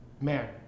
man